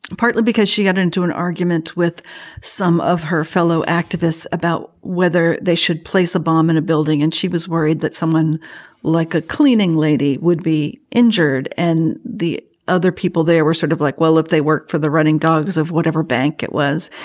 partly because she got into an argument with some of her fellow activists about whether they should place a bomb and in a building. and she was worried that someone like a cleaning lady would be injured. and the other people there were sort of like, well, if they work for the running dogs of whatever bank it was,